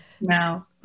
No